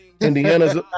Indiana's